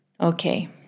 Okay